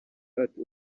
ati